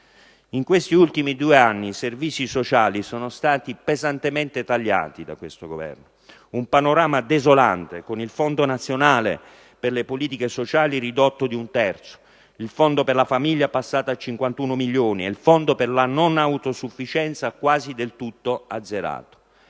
In questi ultimi due anni, i servizi sociali sono stati pesantemente tagliati da questo Governo, creando un panorama desolante, con il Fondo nazionale per le politiche sociali ridotto di un terzo, il Fondo per le politiche della famiglia ridotto a 51 milioni e il Fondo per la non autosufficienza quasi del tutto azzerato.